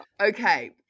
Okay